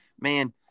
man